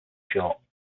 short